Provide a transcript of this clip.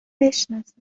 بشناسه